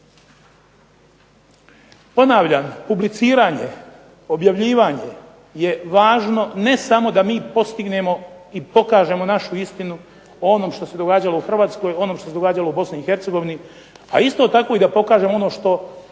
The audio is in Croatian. Ponavljam publiciranje, objavljivanje je važno ne samo da mi postignemo i pokažemo našu istinu o onome što se događalo u Hrvatskoj, što se događalo u Bosni i Hercegovini, a isto tako da pokažemo ono što